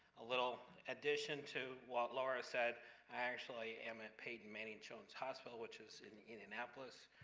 a little addition to what lara said, i actually am at peyton manning jones hospital, which is in indianapolis.